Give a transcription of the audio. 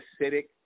acidic